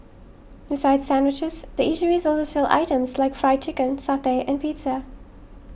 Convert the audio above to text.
besides sandwiches the eateries also sell items like Fried Chicken satay and pizza